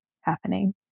happening